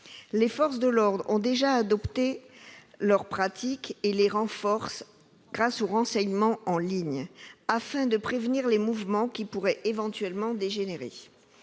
Les forces de l'ordre ont déjà adapté leurs pratiques et les renforcent grâce au renseignement en ligne, afin de prévenir les mouvements qui pourraient éventuellement dégénérer.